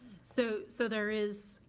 so so there is,